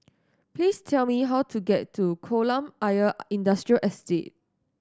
please tell me how to get to Kolam Ayer Industrial Estate